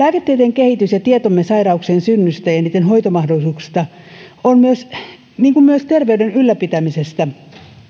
kehitys ja tietomme sairauksien synnystä ja niiden hoitomahdollisuuksista niin kuin myös terveyden ylläpitämisestä